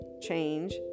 change